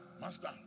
Master